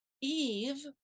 Eve